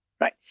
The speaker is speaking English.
right